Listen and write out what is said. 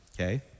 Okay